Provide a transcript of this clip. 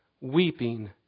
weeping